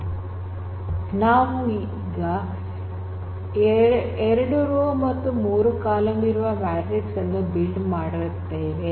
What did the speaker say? ಇಲ್ಲಿ ನಾವು 2 ರೋ ಮತ್ತು 3 ಕಾಲಂ ಇರುವ ಮ್ಯಾಟ್ರಿಕ್ಸ್ ಅನ್ನು ಬಿಲ್ಡ್ ಮಾಡುತ್ತೇವೆ